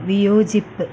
വിയോജിപ്പ്